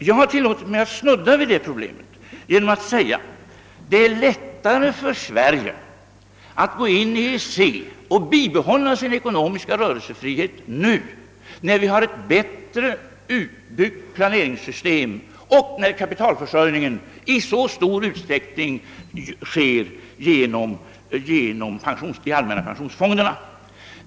Jag har tillåtit mig att snudda vid det problemet genom att säga att det är lättare för Sverige att gå in i EEC och bibehålla sin ekonomiska rörelsefrihet nu, när vi har ett bättre utbyggt planeringssystem och kapitalförsörjningen i så stor utsträckning sker genom de allmänna pensionsfonderna.